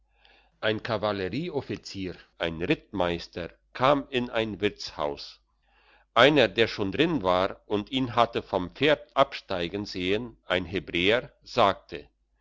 ein kavallerieoffizier ein rittmeister kam in ein wirtshaus einer der schon drin war und ihn hatte vom pferd absteigen gesehn ein hebräer sagte